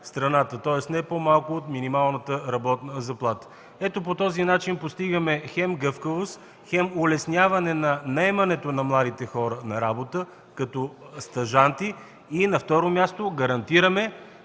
тоест не по-малко от минималната работна заплата. Ето, по този начин постигаме хем гъвкавост, хем улесняване наемането на младите хора на работа като стажанти и на второ място гарантираме,